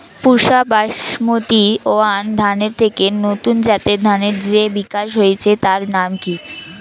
পুসা Basmati one ধানের থেকে নতুন জাতের ধানের যে বিকাশ হয়েছে তার নাম কি?